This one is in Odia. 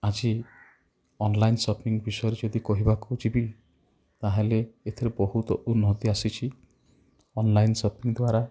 ଆଜି ଅନଲାଇନ୍ ସପିଙ୍ଗ୍ ବିଷୟରେ ଯଦି କହିବାକୁ ଯିବି ତା'ହେଲେ ଏଥିରେ ବହୁତ ଉନ୍ନତି ଆସିଛି ଅନଲାଇନ୍ ସପିଙ୍ଗ୍ ଦ୍ୱାରା